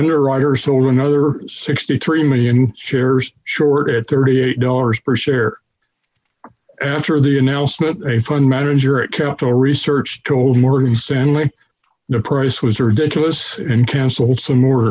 underwriter sold another sixty three million dollars shares short at thirty eight dollars per share after the announcement a fund manager at capital research told morgan stanley the price was ridiculous and cancelled some more